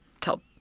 tell